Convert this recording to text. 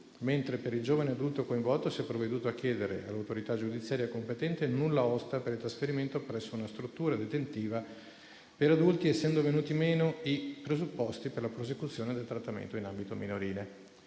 mentre per il giovane adulto coinvolto si è provveduto a chiedere all'autorità giudiziaria competente il nulla osta al trasferimento presso una struttura detentiva per adulti, essendo venuti meno i presupposti per la prosecuzione del trattamento in ambito minorile,